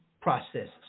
processes